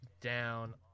down